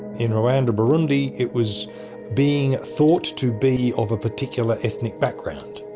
in rwanda burundi it was being thought to be of a particular ethnic background.